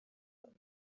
hamwe